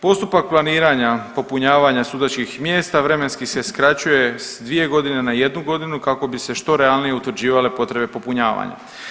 Postupak planiranja, popunjavanja sudačkih mjesta vremenski se skraćuje s 2 godine na 1 godinu kako bi se što realnije utvrđivale potrebe popunjavanja.